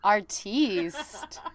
Artiste